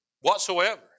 whatsoever